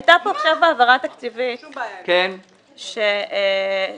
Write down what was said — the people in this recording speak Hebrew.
הייתה פה עכשיו העברה תקציבית של מאות